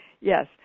Yes